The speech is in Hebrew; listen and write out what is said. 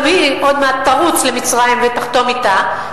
גם היא עוד מעט תרוץ למצרים ותחתום אתה,